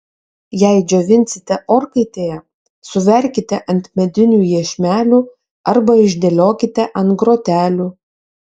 jei džiovinsite orkaitėje suverkite ant medinių iešmelių arba išdėliokite ant grotelių